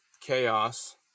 chaos